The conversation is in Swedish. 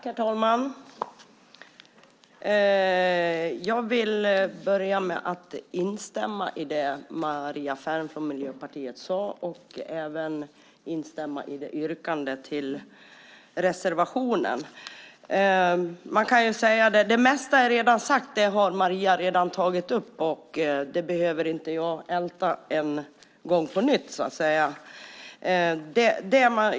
Herr talman! Jag instämmer i det Maria Ferm från Miljöpartiet sagt och även i yrkandet om bifall till reservationen. Det mesta är redan sagt av Maria så jag behöver inte på nytt ta upp det.